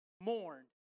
mourned